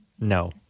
No